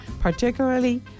particularly